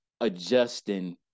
adjusting